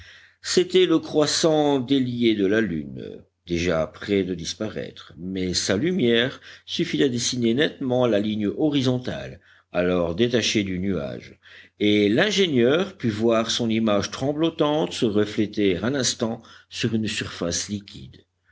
c'était le croissant délié de la lune déjà près de disparaître mais sa lumière suffit à dessiner nettement la ligne horizontale alors détachée du nuage et l'ingénieur put voir son image tremblotante se refléter un instant sur une surface liquide